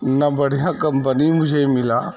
نہ بڑھیا کمپنی مجھے ملا